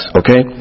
okay